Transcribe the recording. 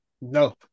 No